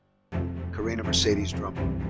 karina mercedes drummond.